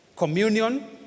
Communion